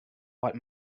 what